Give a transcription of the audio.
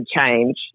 change